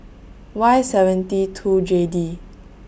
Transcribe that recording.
Y seven T two J D